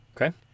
Okay